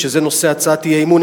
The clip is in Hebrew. שזה נושא הצעת האי-אמון,